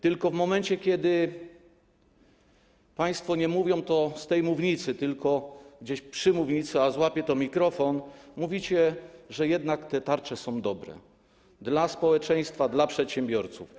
Tylko w momencie, kiedy państwo nie mówią z tej mównicy, tylko gdzieś przy mównicy, a złapie to mikrofon, mówicie, że jednak te tarcze są dobre dla społeczeństwa, dla przedsiębiorców.